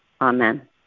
Amen